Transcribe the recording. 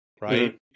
right